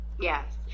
Yes